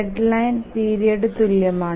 deadline പീരിയഡ്നു തുല്യമാണ്